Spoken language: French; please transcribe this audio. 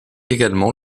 également